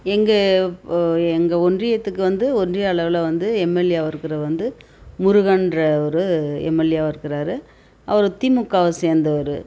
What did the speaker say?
எங்கள் எங்கள் ஒன்றியத்துக்கு வந்து ஒன்றிய அளவில் வந்து எம்எல்ஏவாக இருக்கிற வந்து முருகன்றவர் எம்எல்ஏவாக இருக்குறாரு அவரு தி மு காவை சேந்தவர்